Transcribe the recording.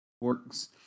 works